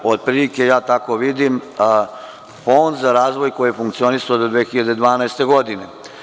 Od prilike ja tako vidim Fond za razvoj koji je funkcionisao do 2012. godine.